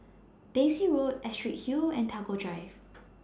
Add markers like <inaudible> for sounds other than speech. Daisy Road Astrid Hill and Tagore Drive <noise>